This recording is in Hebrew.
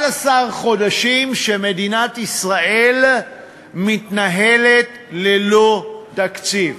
11 חודשים שמדינת ישראל מתנהלת ללא תקציב.